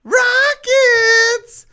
rockets